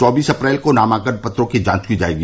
चौबीस अप्रैल को नामांकन पत्रों की जांच की जायेगी